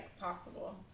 possible